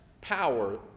power